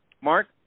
Mark